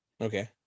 okay